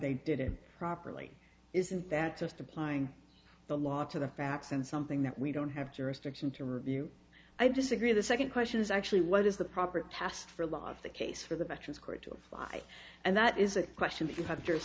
they did it properly isn't that just applying the law to the facts and something that we don't have jurisdiction to review i disagree the second question is actually what is the proper test for law of the case for the veterans court to fly and that is a question